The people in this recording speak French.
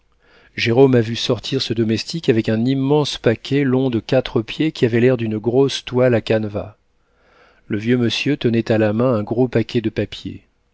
jérôme a vu sortir ce domestique avec un immense paquet long de quatre pieds qui avait l'air d'une grosse toile à canevas le vieux monsieur tenait à la main un gros paquet de papiers